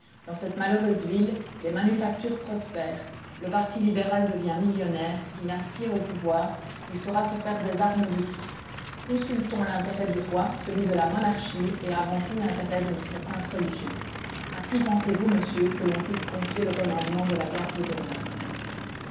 dans cette malheureuse ville les manufactures prospèrent le parti libéral devient millionnaire il aspire au pouvoir il saura se faire des armes de tout consultons l'intérêt du roi celui de la monarchie et avant tout l'intérêt de notre sainte religion a qui pensez-vous monsieur que l'on puisse confier le commandement de la garde d'honneur